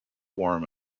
warm